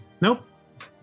Nope